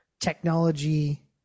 technology